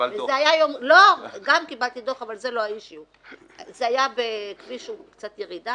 במקום שיש בו קצת שיפוע